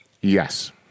Yes